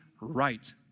right